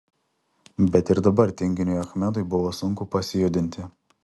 bet ir dabar tinginiui achmedui buvo sunku pasijudinti